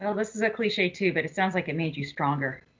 and this is a cliche, too, but it sounds like it made you stronger.